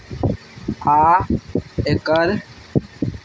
आ एकर